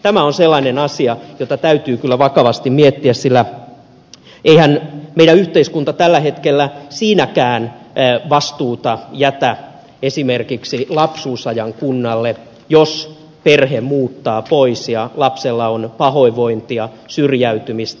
tämä on sellainen asia jota täytyy kyllä vakavasti miettiä sillä eihän meidän yhteiskuntamme tällä hetkellä siinäkään vastuuta jätä esimerkiksi lapsuusajan kunnalle jos perhe muuttaa pois ja lapsella on pahoinvointia syrjäytymistä